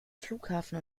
flughafen